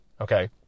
Okay